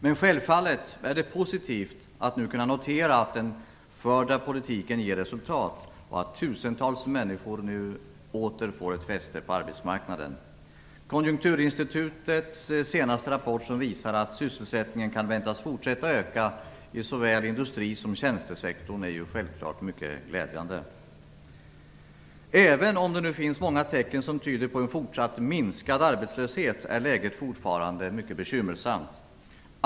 Men självfallet är det positivt att nu kunna notera att den förda politiken ger resultat och att tusentals människor nu åter får fotfäste på arbetsmarknaden. Konjunkturinstitutets senaste rapport, som visar att sysselsättningen kan väntas fortsätta att öka i såväl industri som tjänstesektorn, är självklart mycket glädjande. Herr talman! Även om det finns många tecken som tyder på en fortsatt minskad arbetslöshet, är läget fortfarande mycket bekymmersamt.